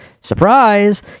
surprise